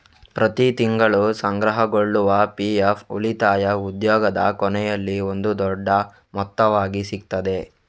ಪ್ರತಿ ತಿಂಗಳು ಸಂಗ್ರಹಗೊಳ್ಳುವ ಪಿ.ಎಫ್ ಉಳಿತಾಯ ಉದ್ಯೋಗದ ಕೊನೆಯಲ್ಲಿ ಒಂದು ದೊಡ್ಡ ಮೊತ್ತವಾಗಿ ಸಿಗ್ತದೆ